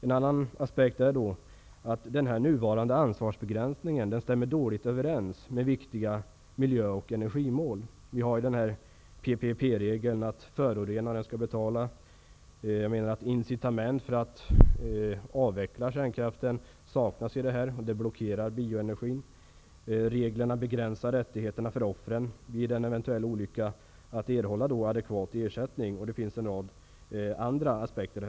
En annan aspekt är att den nuvarande ansvarsbegränsningen stämmer dåligt överens med viktiga miljö och energimål. Där finns PPP-regeln, dvs. att förorenaren skall betala. Incitamentet för att avveckla kärnkraften saknas. Det blockerar utvecklingen av bioenergin. Reglerna begränsar rättigheterna för offren att vid en eventuell olycka erhålla en adekvat ersättning. Det finns också andra aspekter.